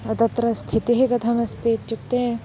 तत्र स्थितिः कथमस्ति इत्युक्ते